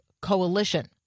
Coalition